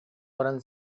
баран